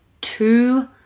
two